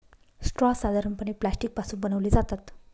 straw साधारणपणे plastic पासून बनवले जातात